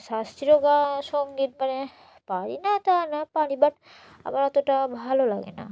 শাস্ত্রীয় গান সঙ্গীত মানে পারি না তা না পারি বাট আমার অতটা ভালো লাগে না